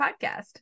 podcast